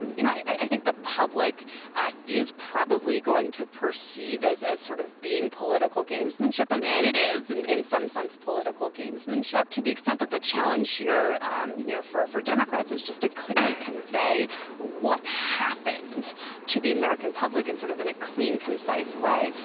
you know, i think the public ah is probably going to perceive as as sort of being political gamesmanship. and and it is and in some sense political gamesmanship to the extent that the challenge here you know for four democrats is just a clearly convey what happened to the american public and sort of in a clean, concise way.